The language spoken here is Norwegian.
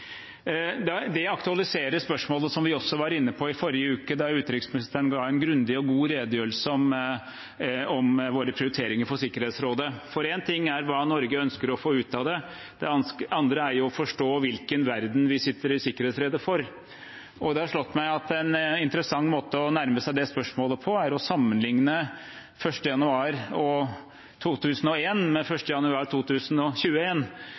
Det aktualiserer spørsmålet som vi også var inne på i forrige uke, da utenriksministeren ga en grundig og god redegjørelse om våre prioriteringer for Sikkerhetsrådet. Én ting er hva Norge ønsker å få ut av det, det andre er å forstå hvilken verden vi sitter i Sikkerhetsrådet for. Det har slått meg at en interessant måte å nærme seg det spørsmålet på er å sammenligne 1. januar 2001 med 1. januar 2021. Nøyaktig 20 år skiller de to, og